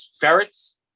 ferrets